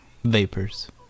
Vapors